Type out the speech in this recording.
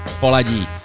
poladí